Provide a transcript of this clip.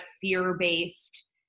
fear-based